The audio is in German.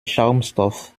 schaumstoff